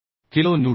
27 kilo Newton